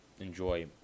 enjoy